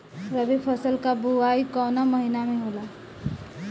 रबी फसल क बुवाई कवना महीना में होला?